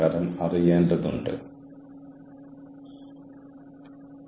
നമ്മൾ അതായത് ഇത് ഒരു പൂരക കാര്യമല്ല